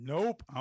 Nope